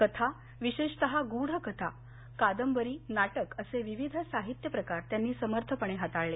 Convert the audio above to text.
कथा विशेषतः गूढ कथा कादंबरी नाटक असे विविध साहित्यप्रकार त्यांनी समर्थपणे हाताळले